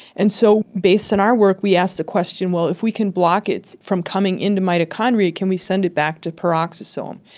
and so based on our work we asked the question, well, if we can block it from coming into mitochondria, can we send it back to peroxisome?